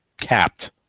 capped